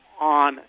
on